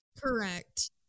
Correct